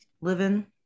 living